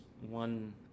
one